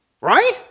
Right